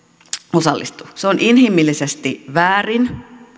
osallistu se on inhimillisesti väärin